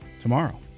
tomorrow